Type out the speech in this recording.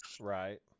Right